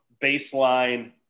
baseline